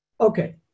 Okay